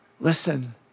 Listen